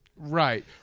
Right